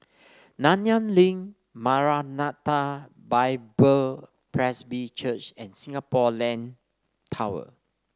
Nanyang Link Maranatha Bible Presby Church and Singapore Land Tower